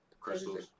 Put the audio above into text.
Crystals